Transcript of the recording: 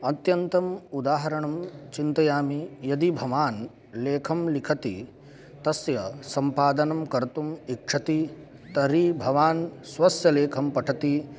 अत्यन्तम् उदाहरणं चिन्तयामि यदि भवान् लेखं लिखति तस्य सम्पादनं कर्तुम् इच्छति तर्हि भवान् स्वस्य लेखं पठति